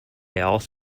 also